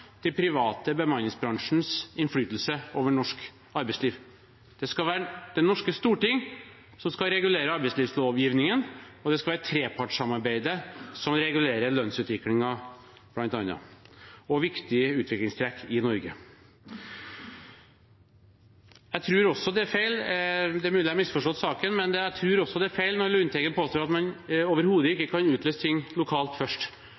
private bemanningsbransjens innflytelse over norsk arbeidsliv. Det skal være det norske storting som skal regulere arbeidslivslovgivningen, og det skal være trepartssamarbeidet som regulerer lønnsutviklingen, bl.a., og viktige utviklingstrekk i Norge. Det er mulig jeg har misforstått saken, men jeg tror også det er feil når Lundteigen påstår at man overhodet ikke kan utlyse ting lokalt først.